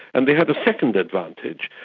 and they had a second advantage,